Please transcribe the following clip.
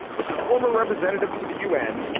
if the former representative to the u n.